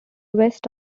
west